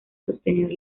sostener